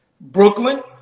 Brooklyn